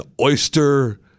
oyster